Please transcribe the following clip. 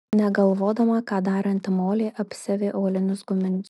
negalvodama ką daranti molė apsiavė aulinius guminius